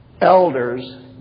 Elders